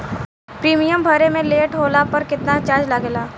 Premium भरे मे late होला पर केतना चार्ज लागेला?